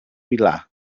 vilar